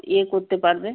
এ করতে পারবে